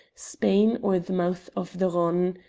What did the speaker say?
spain, or the mouth of the rhone.